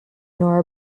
nor